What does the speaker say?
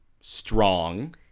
strong